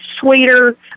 sweeter